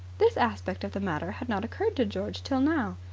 this aspect of the matter had not occurred to george till now.